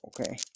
okay